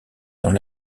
dans